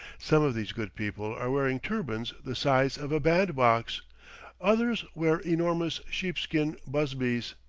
some of these good people are wearing turbans the size of a bandbox others wear enormous sheep-skin busbies.